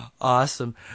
Awesome